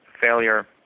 failure